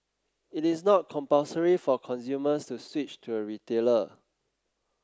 it is not compulsory for consumers to switch to a retailer